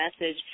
message